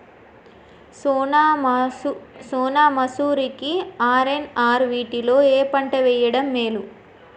సోనా మాషురి కి ఆర్.ఎన్.ఆర్ వీటిలో ఏ పంట వెయ్యడం మేలు?